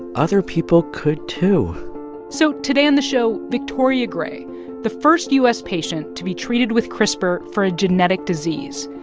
other people could, too so today on the show, victoria gray the first u s. patient to be treated with crispr for a genetic disease.